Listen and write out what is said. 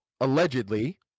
allegedly